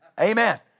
Amen